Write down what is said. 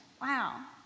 wow